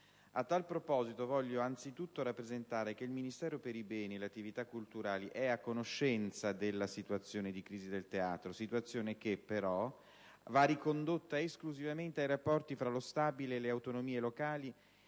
A tale proposito, voglio anzitutto rappresentare che il Ministero per i beni e le attività culturali è a conoscenza della situazione di crisi del teatro, situazione che, però, va ricondotta esclusivamente ai rapporti tra lo Stabile e le autonomie locali